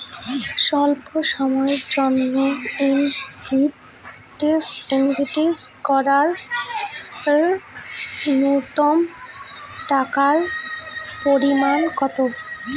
স্বল্প সময়ের জন্য ইনভেস্ট করার নূন্যতম টাকার পরিমাণ কত?